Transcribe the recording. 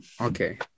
okay